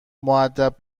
مودب